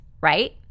Right